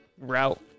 Route